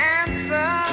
answer